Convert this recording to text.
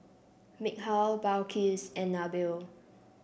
Mikhail Balqis and Nabil